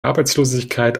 arbeitslosigkeit